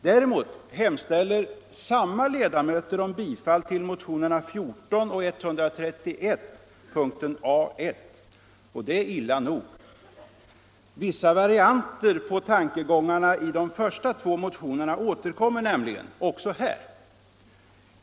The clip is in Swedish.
Däremot hemställer samma ledamöter om bifall till motionerna 14 och 131 p. A 1. Det är illa nog. Vissa varianter på tankegångarna i de första två motionerna återkommer nämligen också här.